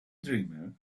dreamer